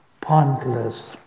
pointless